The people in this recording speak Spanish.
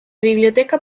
biblioteca